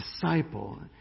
Disciple